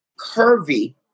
curvy